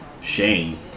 shane